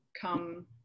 come